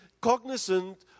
cognizant